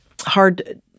hard